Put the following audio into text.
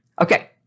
Okay